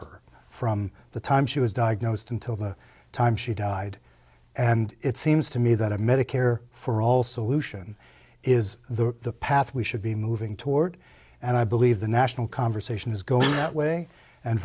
her from the time she was diagnosed until the time she died and it seems to me that a medicare for all solution is the path we should be moving toward and i believe the national conversation is going away and